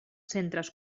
centres